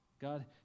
God